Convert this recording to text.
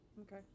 Okay